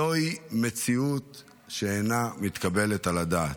זוהי מציאות שאינה מתקבלת על הדעת.